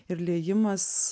ir liejimas